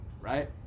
Right